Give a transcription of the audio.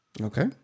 Okay